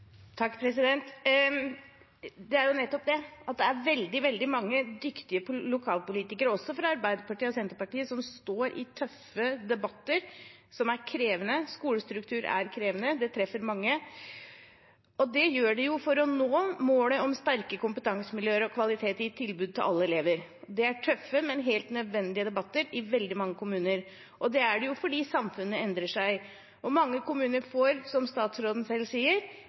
Det er nettopp det: Det er veldig, veldig mange dyktige lokalpolitikere, også fra Arbeiderpartiet og Senterpartiet, som står i tøffe debatter som er krevende – skolestruktur er krevende, det treffer mange – og det gjør de jo for å nå målet om sterke kompetansemiljøer og kvalitet i tilbudet til alle elever. Det er tøffe, men helt nødvendige debatter i veldig mange kommuner, og det er det fordi samfunnet endrer seg. Mange kommuner får, som statsråden selv sier,